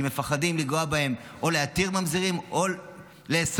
כי מפחדים לגעת בהם או להתיר ממזרים או לאסור.